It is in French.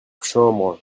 chambre